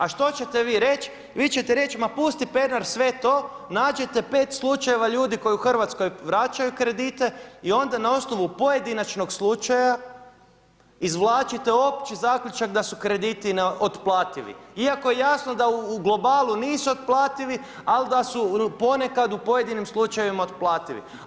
A što ćete vi reći, vi ćete reći ma pusti Pernar sve to nađete pet slučaja ljudi koji u Hrvatskoj vraćaju kredite i onda na osnovu pojedinačnog slučaja izvlačite opći zaključak da su krediti otplativi, iako je jasno da u globalu nisu otplativi, ali da su ponekad u pojedinim slučajevima otplativi.